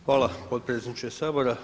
Hvala potpredsjedniče Sabora.